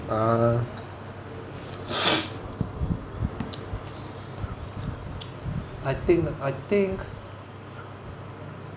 uh I think I think